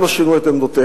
הם לא שינו את עמדותיהם.